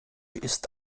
ist